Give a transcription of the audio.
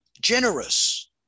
generous